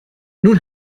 nun